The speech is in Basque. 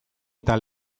eta